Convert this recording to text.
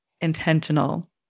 intentional